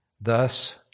Thus